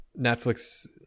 Netflix